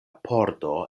pordo